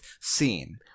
scene